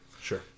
Sure